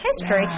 history